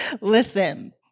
listen